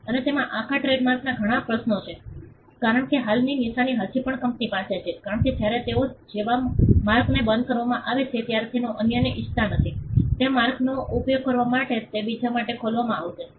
અને તેમાં આખા ટ્રેડમાર્કના ઘણા પ્રશ્નો છે કારણ કે હાલની નિશાની હજી પણ કંપની પાસે છે કારણ કે જ્યારે તેઓ જેવા માર્કને બંધ કરવામાં આવે છે ત્યારે તેઓ અન્યને ઈચ્છતા નથી તે માર્કનો ઉપયોગ કરવા માટે તે બીજા માટે ખોલવામાં આવશે નહીં